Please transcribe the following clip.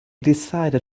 decided